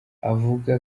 avuga